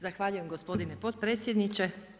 Zahvaljujem gospodine potpredsjedniče.